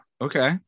Okay